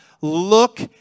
look